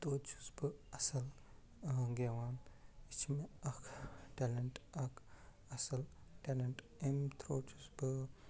تویتہِ چھُس بہٕ اَصٕل گٮ۪وان یہِ چھِ مےٚ اکھ ٹٮ۪لنٛٹ اکھ اَصٕل ٹٮ۪لنٛٹ اَمہِ تھرٛوٗ چھُس بہٕ